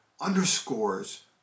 underscores